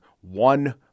one